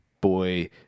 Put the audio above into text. boy